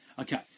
Okay